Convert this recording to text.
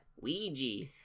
Ouija